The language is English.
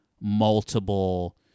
multiple